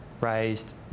raised